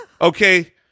Okay